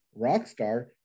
Rockstar